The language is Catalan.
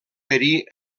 perir